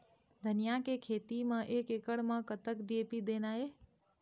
धनिया के खेती म एक एकड़ म कतक डी.ए.पी देना ये?